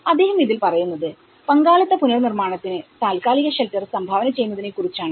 അദ്ദേഹം ഇതിൽ പറയുന്നത് പങ്കാളിത്ത പുനർനിർമ്മാണത്തിന് താൽക്കാലിക ഷെൽട്ടർ സംഭാവന ചെയ്യുന്നതിനെ കുറിച്ചാണ്